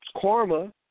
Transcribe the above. Karma